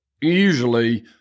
usually